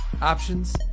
options